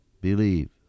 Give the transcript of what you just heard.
believe